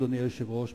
אדוני היושב-ראש,